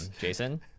Jason